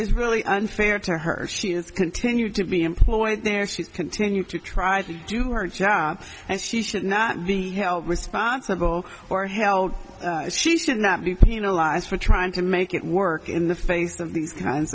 is really unfair to her she has continued to be employed there she's continued to try to do her job and she should not be held responsible or held she should not be penalized for trying to make it work in the face of these kinds